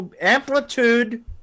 Amplitude